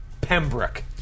Pembroke